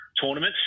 tournaments